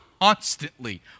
constantly